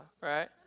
right